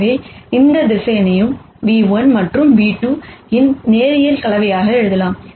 எனவே எந்த வெக்டார்யும் ν₁ மற்றும் v2 இன் லீனியர் கலவையாக எழுதலாம்